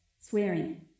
Swearing